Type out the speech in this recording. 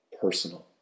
personal